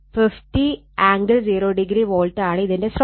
50 angle 0° volt ആണ് ഇതിന്റെ സ്രോതസ്സ്